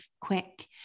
quick